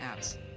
apps